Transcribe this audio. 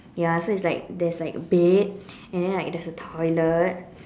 ya so it's like there's like a bed and then like there's a toilet